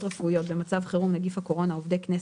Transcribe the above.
רפואיות במצב חירום נגיף הקורונה) (עובדי הכנסת),